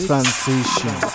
Transition